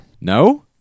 no